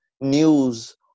news